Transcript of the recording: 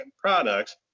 products